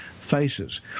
faces